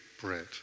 bread